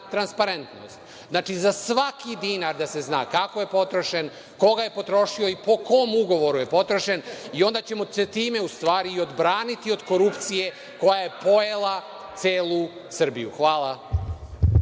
transparentnost. Za svaki dinar da se zna kako je potrošen, ko ga je potrošio i po kom ugovoru je potrošen i onda ćemo se time u stvari odbraniti od korupcije koja je pojela celu Srbiju. Hvala.